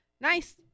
nice